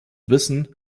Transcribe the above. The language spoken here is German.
wissen